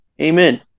Amen